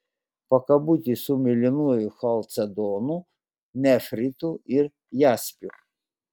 pakabutį su mėlynuoju chalcedonu nefritu ir jaspiu